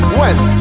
west